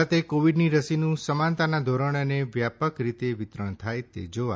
ભારતે કોવીડની રસીનું સમાનતાના ધોરણે અને વ્યાપકરીતે વિતરણ થાય તે જોવા